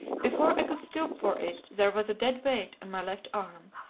before i could stoop for it there was a dead weight on my left arm,